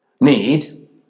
need